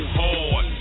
hard